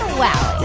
wow